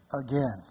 again